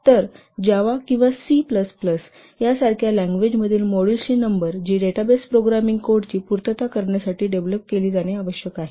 तर जावा किंवा C plus plus यासारख्या लँग्वेजमधील मॉड्यूल्सची नंबर जी डेटाबेस प्रोग्रामिंग कोडची पूर्तता करण्यासाठी डेव्हलप केली जाणे आवश्यक आहे